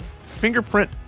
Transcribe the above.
fingerprint